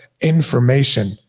information